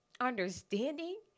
understanding